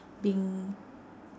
being